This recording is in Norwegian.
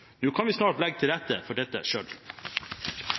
Nå kan vi snart legge til rette for dette